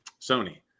Sony